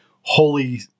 holy